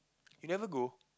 you never go